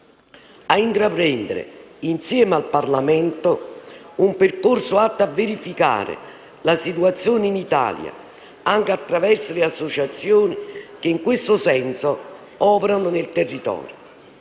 di intraprendere, insieme al Parlamento, un percorso atto a verificare la situazione in Italia anche attraverso le associazioni che in questo senso operano nel territorio